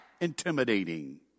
intimidating